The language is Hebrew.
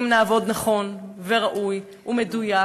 אם נעבוד נכון וראוי ומדויק,